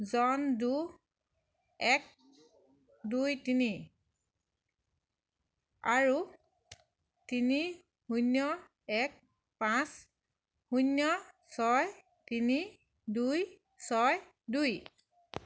জন Doe এক দুই তিনি আৰু তিনি শূন্য এক পাঁচ শূন্য ছয় তিনি দুই ছয় দুই